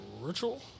Ritual